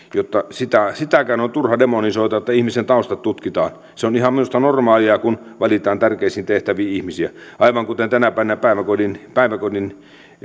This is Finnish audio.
sitäkin on turha demonisoida että ihmisen taustat tutkitaan se on minusta ihan normaalia kun valitaan tärkeisiin tehtäviin ihmisiä aivan kuten tänä päivänä päiväkodin päiväkodin